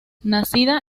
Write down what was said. nacida